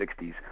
60s